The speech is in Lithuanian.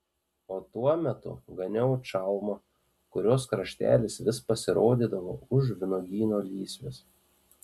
o tuo metu ganiau čalmą kurios kraštelis vis pasirodydavo už vynuogyno lysvės